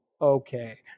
okay